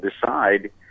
decide